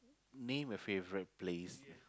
name a favourite place